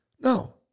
No